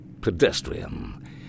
pedestrian